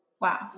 Wow